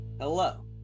Hello